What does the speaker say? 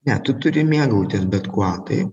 ne tu turi mėgautis bet kuo taip